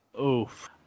Oof